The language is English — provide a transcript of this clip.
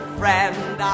friend